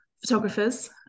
photographers